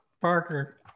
Parker